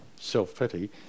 self-pity